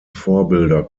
vorbilder